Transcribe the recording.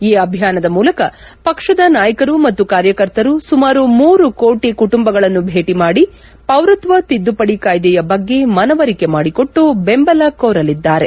ಈ ಅಭಿಯಾನದ ಮೂಲಕ ಪಕ್ಷದ ನಾಯಕರು ಮತ್ತು ಕಾರ್ಯಕರ್ತರು ಸುಮಾರು ಮೂರು ಕೋಟ ಕುಟುಂಬಗಳನ್ನು ಭೇಟಿ ಮಾಡಿ ಪೌರತ್ವ ತಿದ್ದುಪಡಿ ಕಾಯ್ದೆಯ ಬಗ್ಗೆ ಮನವರಿಕೆ ಮಾಡಿಕೊಟ್ಟು ಬೆಂಬಲ ಕೋರಲಿದ್ದಾರೆ